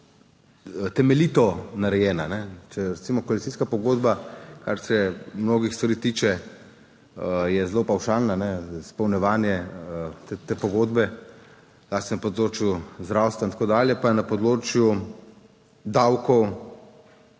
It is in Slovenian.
temeljito narejena, če recimo koalicijska pogodba, kar se mnogih stvari tiče, je zelo pavšalna, izpolnjevanje te pogodbe, zlasti na področju zdravstva in tako dalje, pa je na področju davkov